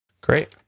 Great